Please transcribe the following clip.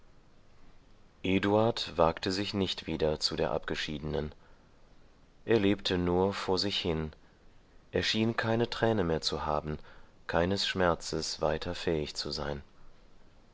eduard wagte sich nicht wieder zu der abgeschiedenen er lebte nur vor sich hin er schien keine träne mehr zu haben keines schmerzes weiter fähig zu sein